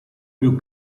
più